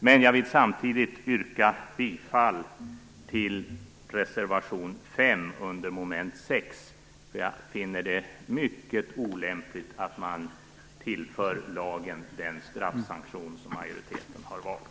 Men jag vill samtidigt yrka bifall till reservation 5 under mom. 6, eftersom jag finner det mycket olämpligt att man tillför lagen den straffsanktion som majoriteten har valt.